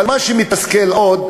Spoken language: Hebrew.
אבל מה שמתסכל עוד,